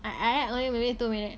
I like that only maybe two minutes